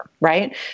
Right